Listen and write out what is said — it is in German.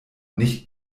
nicht